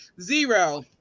zero